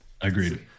Agreed